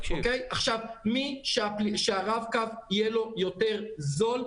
מי שהרב-קו יהיה לו יותר זול,